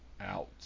out